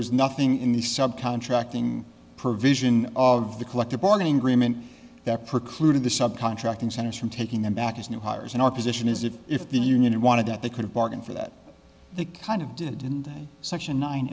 was nothing in the sub contracting provision of the collective bargaining agreement that precluded the sub contracting senator from taking them back as new hires and our position is that if the union wanted that they couldn't bargain for that the kind of did in the section nine